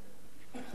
אלימות,